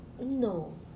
No